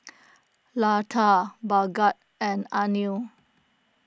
Lata Bhagat and Anil